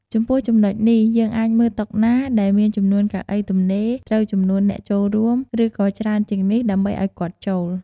ចំពោះចំណុចនេះ យើងអាចមើលតុណាដែលមានចំនួនកៅអីទំនេរត្រូវចំនួនអ្នកចូលរួម ឬក៏ច្រើនជាងនេះ ដើម្បីឲ្យគាត់ចូល។